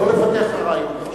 לא לפתח את הרעיון.